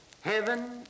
Heaven